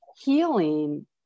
healing